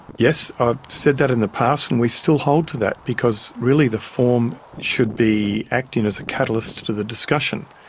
yes, i've ah said that in the past and we still hold to that because really the form should be acting as a catalyst to the discussion.